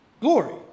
Glory